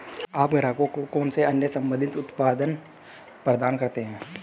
आप ग्राहकों को कौन से अन्य संबंधित उत्पाद प्रदान करते हैं?